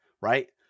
right